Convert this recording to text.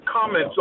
comments